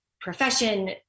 profession